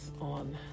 on